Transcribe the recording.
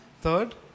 Third